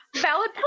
Valid